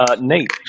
Nate